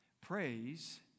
Praise